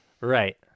Right